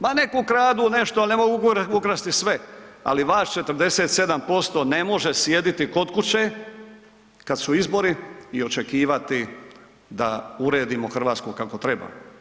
Ma nek ukradu nešto, ali ne mogu ukrasti sve, ali vas 47% ne može sjediti kod kuće kada su izbori i očekivati da uredimo Hrvatsku kako treba.